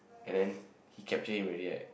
and then he captured him already right